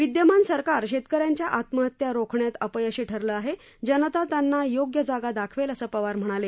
विदयमान सरकार शेतकऱ्यांच्या आत्महत्या रोखण्यात अपयशी ठरलं आहे जनता त्यांना योग्य जागा दाखवेल असं पवार म्हणाले